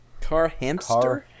Carhamster